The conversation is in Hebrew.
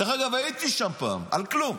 דרך אגב, הייתי שם פעם, על כלום.